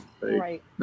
Right